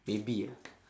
maybe ah